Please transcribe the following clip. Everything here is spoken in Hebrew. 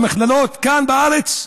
במכללות כאן בארץ.